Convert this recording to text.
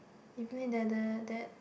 Evelyn the the the